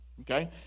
Okay